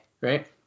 Right